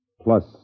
Plus